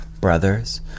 brothers